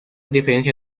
diferencia